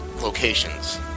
locations